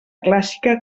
clàssica